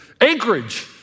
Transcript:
Anchorage